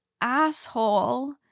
asshole